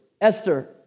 Esther